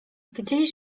gdzieś